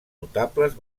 notables